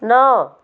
नौ